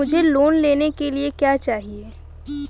मुझे लोन लेने के लिए क्या चाहिए?